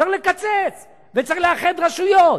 צריך לקצץ וצריך לאחד רשויות.